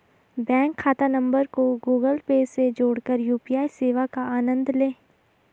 bank खाता नंबर को गूगल पे से जोड़कर यू.पी.आई सेवा का आनंद लें